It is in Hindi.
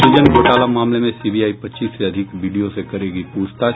सृजन घोटाला मामले में सीबीआई पच्चीस से अधिक बीडीओ से करेगी पूछताछ